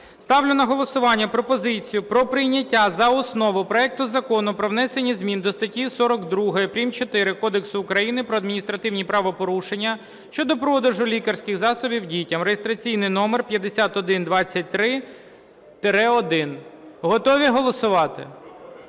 Ставлю на голосування пропозицію про прийняття за основу проекту Закону про внесення змін до статті 42-4 Кодексу України про адміністративні правопорушення щодо продажу лікарських засобів дітям (реєстраційний номер 5123-1). Готові голосувати?